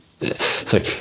sorry